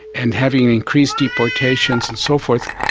and having increased deportations and so forth,